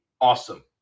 awesome